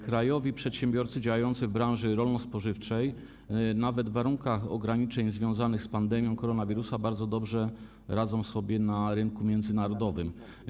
Krajowi przedsiębiorcy działający w branży rolno-spożywczej nawet w warunkach ograniczeń związanych z pandemią koronawirusa bardzo dobrze radzą sobie na rynku międzynarodowym.